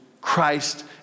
Christ